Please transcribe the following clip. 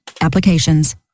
Applications